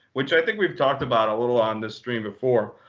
which i think we've talked about a little on this stream before.